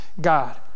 God